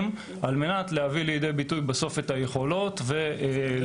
על מנת להביא לידי ביטוי את היכולות --- בסוף